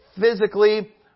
physically